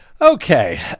Okay